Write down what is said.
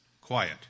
Quiet